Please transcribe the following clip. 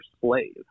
slave